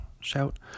shout